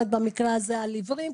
במקרה הזה אני מדברת על עיוורים,